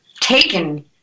taken